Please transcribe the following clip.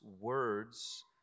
words